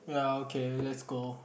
ya okay let's go